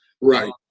Right